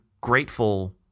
grateful